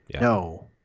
No